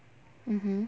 mmhmm